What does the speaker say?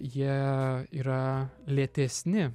jie yra lėtesni